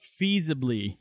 feasibly